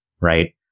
right